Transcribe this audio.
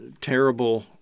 terrible